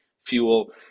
fuel